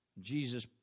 Jesus